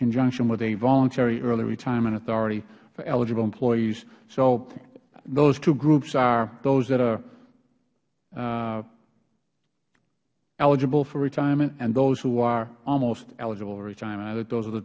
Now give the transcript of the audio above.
conjunction with a voluntary early retirement authority for eligible employees so those two groups are those that are eligible for retirement and those who are almost eligible for retirement i think those are the